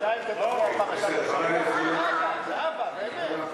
זהבה, באמת.